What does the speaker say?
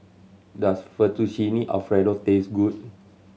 does Fettuccine Alfredo taste good